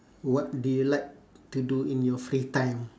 what do you like to do in your free time